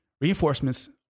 Reinforcements